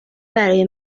برای